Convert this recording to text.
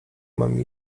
mam